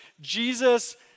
Jesus